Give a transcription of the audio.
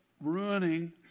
ruining